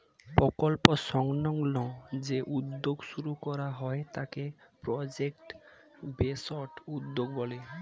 প্রকল্প সংলগ্ন যে উদ্যোগ শুরু করা হয় তাকে প্রজেক্ট বেসড উদ্যোগ বলে